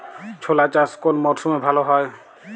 ছোলা চাষ কোন মরশুমে ভালো হয়?